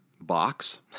box